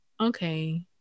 okay